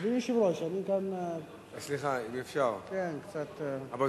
אדוני היושב-ראש, אני כאן, סליחה, אם אפשר, רבותי,